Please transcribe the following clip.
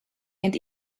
and